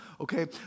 okay